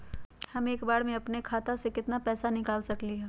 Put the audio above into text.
हम एक बार में अपना खाता से केतना पैसा निकाल सकली ह?